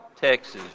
texas